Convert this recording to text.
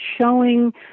showing